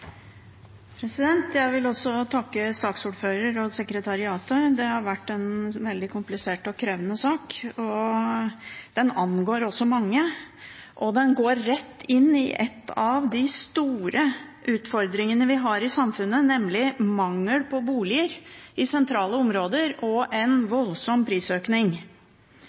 det. Jeg vil også takke saksordføreren og sekretariatet. Det har vært en veldig komplisert og krevende sak. Den angår også mange, og den går rett inn i en av de store utfordringene vi har i samfunnet, nemlig mangel på boliger i sentrale områder og en voldsom prisøkning.